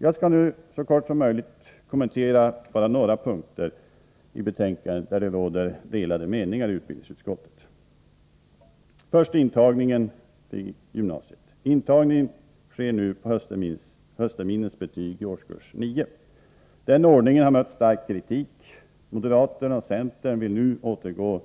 Jag skall nu så kortfattat som möjligt kommentera några punkter i betänkandet där det råder delade meningar i utbildningsutskottet. Först intagning till gymnasiet: Intagningen sker nu på höstterminens betyg i årskurs 9. Den ordningen har mött stark kritik. Moderaterna och centern vill nu återgå